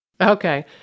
Okay